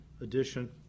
edition